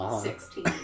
Sixteen